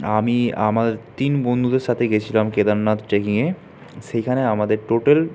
আমি আমার তিন বন্ধুদের সাথে গেছিলাম কেদারনাথ ট্রেকিংয়ে সেইখানে আমাদের টোটাল